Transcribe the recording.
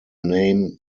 name